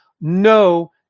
No